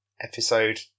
episode